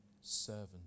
servant